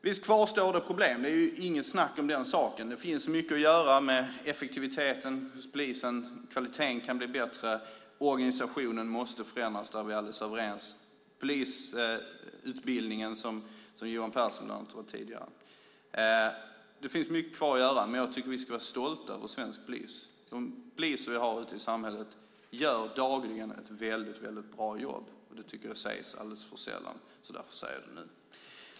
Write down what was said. Visst kvarstår det problem. Det är inget snack om den saken. Det finns mycket att göra med effektiviteten hos polisen. Kvaliteten kan bli bättre, och organisationen måste förändras. Där är vi alldeles överens. Johan Pehrson tog tidigare upp polisutbildningen. Det finns mycket kvar att göra, men jag tycker att vi ska vara stolta över svensk polis. De poliser vi har ute i samhället gör dagligen ett väldigt bra jobb, och det tycker jag sägs alldeles för sällan. Därför säger jag det nu.